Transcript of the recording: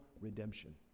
redemption